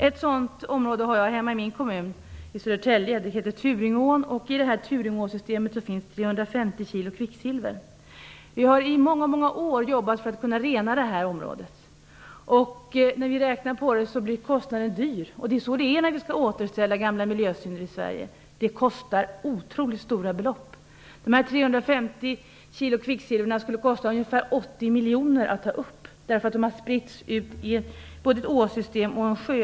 Ett sådant område finns i min hemkommun, Södertälje kommun. Jag tänker på Turingeån. I Turingeåsystemet finns det 350 kilo kvicksilver. I väldigt många år har vi jobbat på att rena området. När vi räknar på detta blir det en stor kostnad, för när gamla miljösynder i Sverige skall återställas kostar det otroligt stora belopp. Det skulle kosta ungefär 80 miljoner kronor att ta upp nämnda 350 kilo kvicksilver, därför att kvicksilvret under tiden har spritts till både ett åsystem och en sjö.